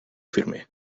firme